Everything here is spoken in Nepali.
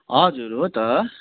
हजुर हो त